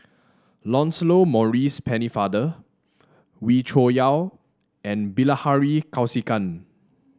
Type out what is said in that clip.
Lancelot Maurice Pennefather Wee Cho Yaw and Bilahari Kausikan